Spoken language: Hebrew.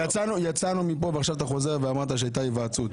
יצאנו מפה ועכשיו אתה חוזר ואמרת שהייתה היוועצות,